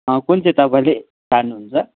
कुन चाहिँ तपाईँले छान्नुहुन्छ